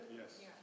Yes